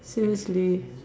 seriously